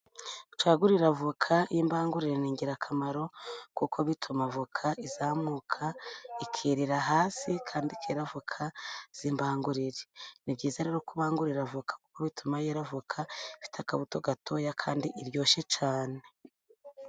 Gucagurira avoka y'imbangurire ni ingirakamaro, kuko bituma avoka izamuka ikerera hasi kandi ikera avoka z'imbangurire. Ni byiza rero kubangurira avoka, kuko bituma yera avoka ifite akabuto gatoya kandi iryoshye cyane.